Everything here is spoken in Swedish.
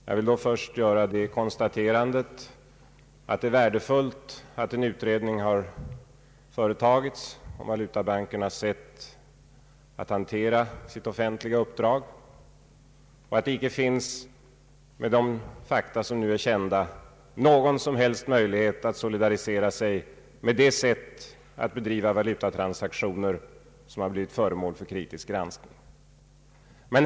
Jag vill då först konstatera att det är värdefullt att en utredning har gjorts om valutabankernas sätt att hantera sitt offentliga uppdrag och att det med de fakta som nu är kända icke finns någon som helst möjlighet att solidarisera sig med det sätt att bedriva valutatransaktioner som har blivit föremål för kritisk granskning.